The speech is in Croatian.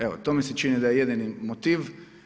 Evo, to mi se čini da je jedini motiv.